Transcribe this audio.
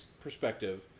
perspective